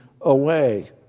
away